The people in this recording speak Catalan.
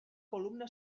columna